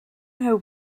know